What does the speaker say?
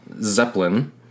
Zeppelin